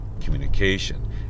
communication